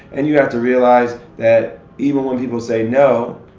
and you have to realize that even when people say no,